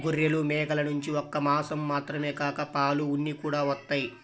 గొర్రెలు, మేకల నుంచి ఒక్క మాసం మాత్రమే కాక పాలు, ఉన్ని కూడా వత్తయ్